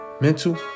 mental